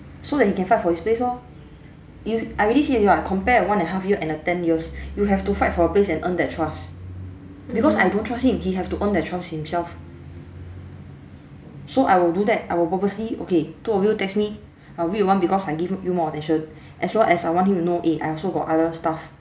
so that he can fight for his place lor you I already say already [what] compared a one and a half year and a ten years you'll have to fight for a place and earn that trust because I don't trust him he have to earn that trust himself so I will do that I will purposely okay two of you text me I'll read your one because I give you more attention as well as I want him to know eh I also got other stuff